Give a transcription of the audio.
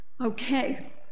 Okay